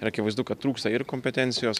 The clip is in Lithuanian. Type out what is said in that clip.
ir akivaizdu kad trūksta ir kompetencijos